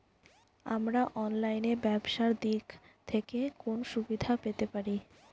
আমরা অনলাইনে ব্যবসার দিক থেকে কোন সুবিধা পেতে পারি?